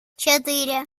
четыре